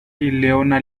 leona